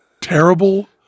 Terrible